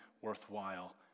worthwhile